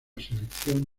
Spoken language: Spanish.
selección